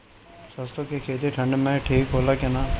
सरसो के खेती ठंडी में ठिक होला कि ना?